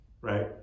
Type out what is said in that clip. Right